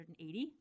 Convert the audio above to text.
180